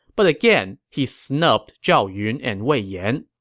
but again he snubbed zhao yun and wei yan.